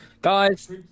Guys